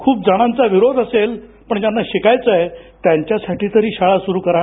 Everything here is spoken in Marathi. खूप जणांचा याला विरोध असेल पण ज्यांना शिकायचं आहे त्यांच्या साठी तरी शाळा सुरु करा